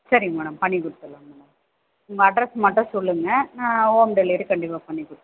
சரிங்க மேடம் பண்ணி கொடுத்துர்லாம் மேடம் உங்கள் அட்ரெஸ் மட்டும் சொல்லுங்க நான் ஹோம் டெலிவரியே கண்டிப்பாக பண்ணி கொடுத்துர்றேன் மேடம்